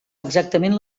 exactament